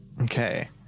Okay